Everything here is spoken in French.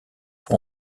pour